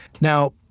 Now